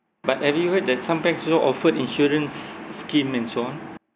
but anyway there's some banks also offered insurance scheme and so on